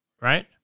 right